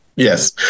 Yes